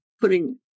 putting